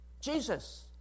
Jesus